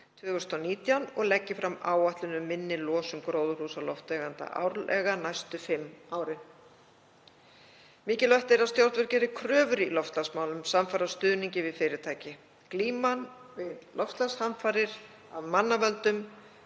2019 og leggi fram áætlun um minni losun gróðurhúsalofttegunda árlega næstu fimm árin. Mikilvægt er að stjórnvöld geri kröfur í loftslagsmálum samfara stuðningi við fyrirtæki. Glíman við loftslagshamfarir af mannavöldum